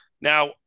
now